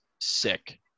sick